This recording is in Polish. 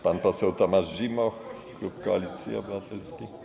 Pan poseł Tomasz Zimoch, klub Koalicji Obywatelskiej.